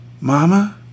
Mama